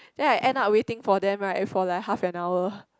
then I end up waiting for them right for like half an hour